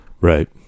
Right